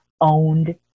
owned